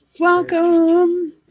Welcome